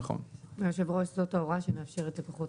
יושב הראש זאת ההוראה שמאפשרת לכוחות